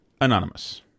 anonymous